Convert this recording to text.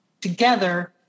together